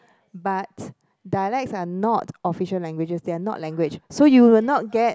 but dialects are not official languages they are not language so you will not get